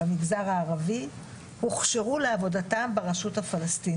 במגזר הערבי הוכשרו לעבודתם ברשות הפלסטינית.